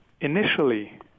initially